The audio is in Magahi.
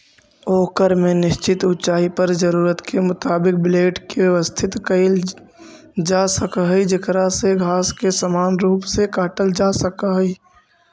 ओकर में निश्चित ऊँचाई पर जरूरत के मुताबिक ब्लेड के व्यवस्थित कईल जासक हई जेकरा से घास के समान रूप से काटल जा सक हई